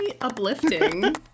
uplifting